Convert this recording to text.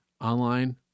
online